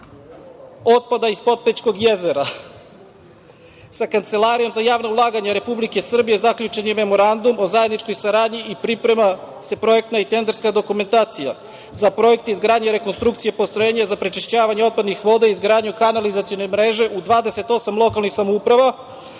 otpada iz Potpećkog jezera. Sa Kancelarijom za javno ulaganje Republike Srbije zaključen je memorandum o zajedničkoj saradnji i priprema se projektna i tenderska dokumentacija za projekte izgradnje, rekonstrukcije postrojenja za prečišćavanje otpadnih voda i izgradnju kanalizacione mreže u 28 lokalnih samouprava,